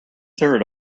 third